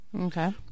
okay